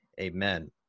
Amen